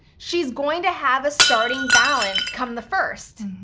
she's going to have a starting balance come the first,